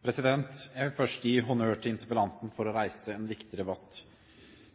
Jeg vil først gi honnør til interpellanten for å reise en viktig debatt.